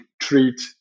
treat